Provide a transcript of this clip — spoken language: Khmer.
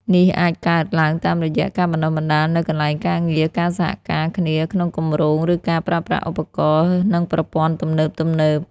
នេះអាចកើតឡើងតាមរយៈ ការបណ្តុះបណ្តាលនៅកន្លែងការងារ ការសហការគ្នាក្នុងគម្រោង ឬការប្រើប្រាស់ឧបករណ៍ និងប្រព័ន្ធទំនើបៗ។